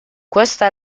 questa